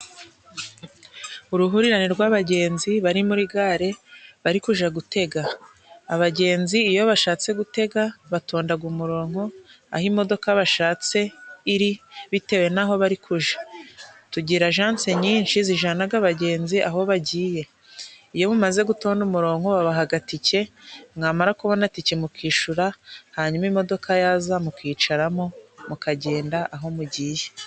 Uruhurirane rw'abagenzi bari muri gare bari kuja gutega, abagenzi iyo bashatse gutega batondaga umuronko aho imodoka bashatse iri bitewe n'aho bari kuja, tugira ajanse nyinshi zijana abagenzi aho bagiye, iyo mumaze gutonda umuronko babahaga tike mwamara kubona tike mukishura hanyuma imodoka yaza mukicaramo mukagenda aho mugiye.